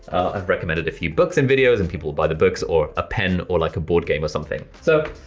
i've recommended a few books in videos and people buy the books or a pen or like a boardgame or something. so,